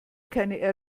keine